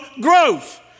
growth